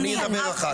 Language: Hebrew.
אני אדבר אחר כך.